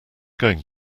going